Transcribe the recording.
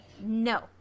No